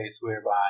whereby